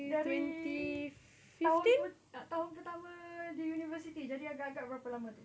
dari dua ribu tahun pertama di universiti jadi agak-agak berapa lama tu